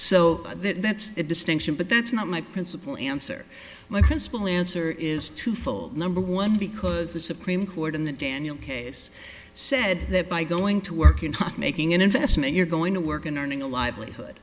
so that that's the distinction but that's not my principal answer my principal answer is twofold number one because the supreme court in the daniel case said that by going to work in hock making an investment you're going to work in earning a livelihood